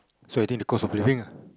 so I think the cost of living ah